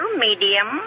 medium